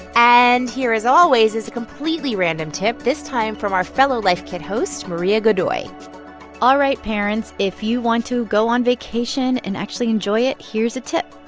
and here, as always, is a completely random tip, this time from our fellow life kit host maria godoy all right, parents. if you want to go on vacation and actually enjoy it, here's a tip.